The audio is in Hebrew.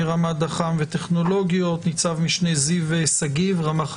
רמ"ד האח"מ וטכנולוגיות; ניצב-משנה זיו שגיב רמ"ח חקירות,